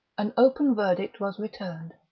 an open verdict was returned.